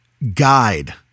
guide